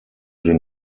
den